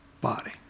body